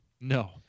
no